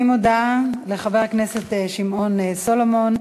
אני מודה לחבר הכנסת שמעון סולומון.